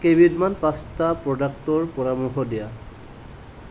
কেইবিধমান পাষ্টা প্ৰডাক্টৰ পৰামৰ্শ দিয়া